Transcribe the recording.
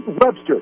Webster